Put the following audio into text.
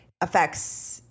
affects